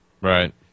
right